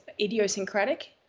idiosyncratic